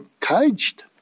caged